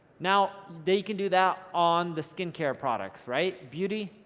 now, they can do that on the skincare products, right? beauty,